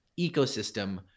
ecosystem